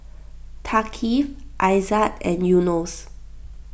Thaqif Aizat and Yunos